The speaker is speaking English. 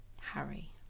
Harry